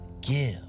give